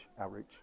outreach